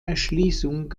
erschließung